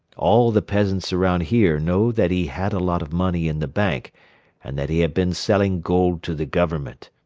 all the peasants around here know that he had a lot of money in the bank and that he had been selling gold to the government.